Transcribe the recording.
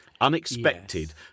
Unexpected